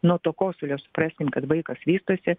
nuo to kosulio supraskim kad vaikas vystosi